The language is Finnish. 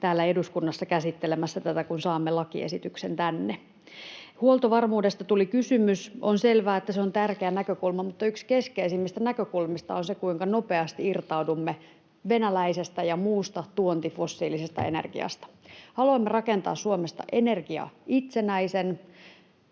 täällä eduskunnassa käsittelemässä tätä, kun saamme lakiesityksen tänne. Huoltovarmuudesta tuli kysymys: On selvää, että se on tärkeä näkökulma, mutta yksi keskeisimmistä näkökulmista on se, kuinka nopeasti irtaudumme venäläisestä ja muusta fossiilisesta tuontienergiasta. Haluamme rakentaa Suomesta energiaitsenäisen